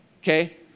Okay